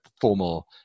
formal